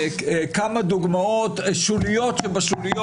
כמה דוגמאות שולית שבשוליות.